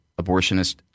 abortionist